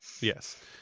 Yes